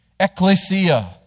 Ecclesia